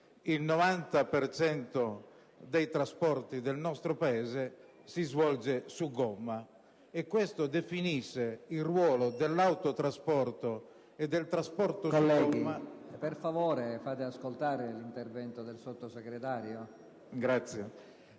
cento dei trasporti del nostro Paese si svolge su gomma. Questo definisce il ruolo dell'autotrasporto e del trasporto su gomma